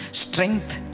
strength